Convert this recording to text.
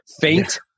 faint